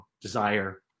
desire